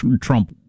Trump